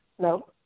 No